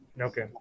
Okay